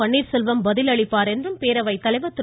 பன்னீர்செல்வம் பதில் அளிப்பார் எனவும் பேரவைத் தலைவர் திரு